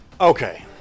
Okay